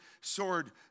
sword